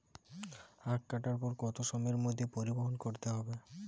আখ কাটার পর কত সময়ের মধ্যে পরিবহন করতে হবে?